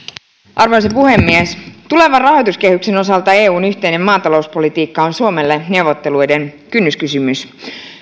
arvoisa puhemies tulevan rahoituskehyksen osalta eun yhteinen maatalouspolitiikka on suomelle neuvotteluiden kynnyskysymys